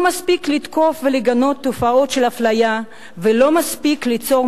לא מספיק לתקוף ולגנות תופעות של אפליה ולא מספיק ליצור